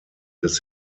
des